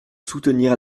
soutenir